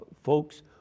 folks